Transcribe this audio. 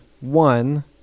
one